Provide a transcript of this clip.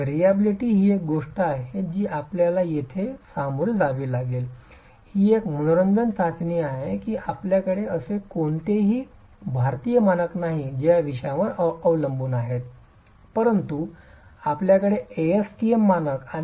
variability ही एक गोष्ट आहे जी आपल्याला येथे सामोरे जावी लागेल ही एक मनोरंजक चाचणी आहे की आपल्याकडे असे कोणतेही भारतीय मानक नाहीत जे या विषयावर अवलंबून आहेत परंतु आमच्याकडे एएसटीएम ASTM मानक आणि काही इतर कोड आहेत ज्याद्वारे आपण अनुसरण करू शकता अशी प्रणाली दिली जाते बॉन्ड रेंच टेस्ट आपल्याला किमान 12 अशा चाचण्या योग्यतेमुळे करणे आवश्यक आहे